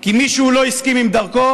כי מישהו לא הסכים לדרכו,